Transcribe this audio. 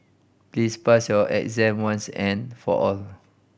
please pass your exam once and for all